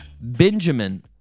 Benjamin